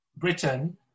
Britain